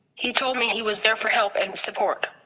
he told me he was there for help and support.